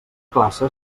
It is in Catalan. classe